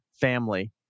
family